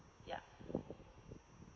yeah